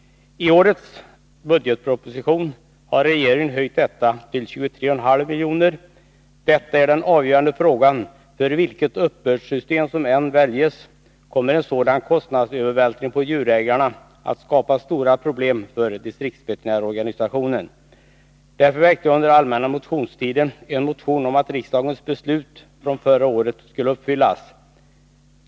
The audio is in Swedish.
I årets budgetproposition har regeringen höjt detta till 23,5 milj.kr. Detta är den avgörande frågan, för vilket uppbördssystem som än väljs kommer en sådan kostnadsövervältring på djurägarna att skapa stora problem för distriktsveterinärorganisationen. Därför väckte jag under allmänna motionstiden en motion om att riksdagens beslut från förra året skulle förverkligas.